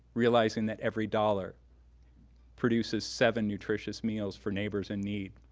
realizing that every dollar produces seven nutritious meals for neighbors in need.